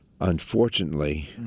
unfortunately